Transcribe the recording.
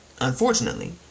Unfortunately